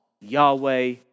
Yahweh